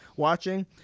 watching